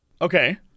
Okay